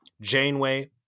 Janeway